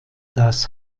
das